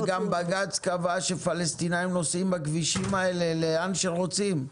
וגם בג"צ קבע שפלסטינאים נוסעים בכבישים האלה לאן שהם רוצים,